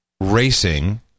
racing